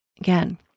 Again